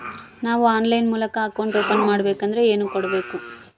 ನಾವು ಆನ್ಲೈನ್ ಮೂಲಕ account open ಮಾಡಬೇಂಕದ್ರ ಏನು ಕೊಡಬೇಕು?